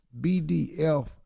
BDF